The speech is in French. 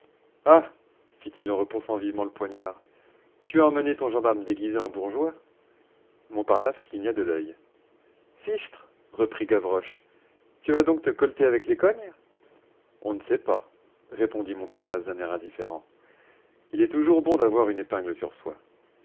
ah fit-il en repoussant vivement le poignard tu as emmené ton gendarme déguisé en bourgeois montparnasse cligna de l'oeil fichtre reprit gavroche tu vas donc te colleter avec les cognes on ne sait pas répondit montparnasse d'un air indifférent il est toujours bon d'avoir une épingle sur soi